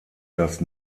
das